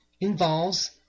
involves